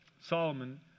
Solomon